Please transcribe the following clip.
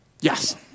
Yes